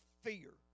fear